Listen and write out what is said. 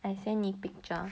I send 你 picture